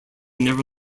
never